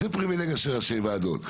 זו פריבילגיה של ראשי ועדות.